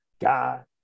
God